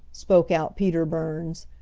spoke out peter burns,